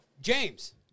James